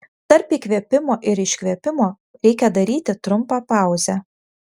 tarp įkvėpimo ir iškvėpimo reikia daryti trumpą pauzę